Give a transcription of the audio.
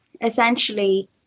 essentially